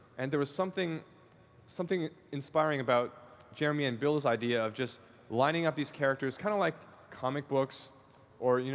and there was something something inspiring about jeremy and bill's idea of just lining up these characters, kind of like comic books or